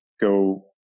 go